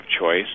choice